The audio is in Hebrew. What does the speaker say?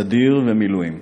סדיר ומילואים,